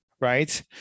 Right